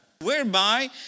whereby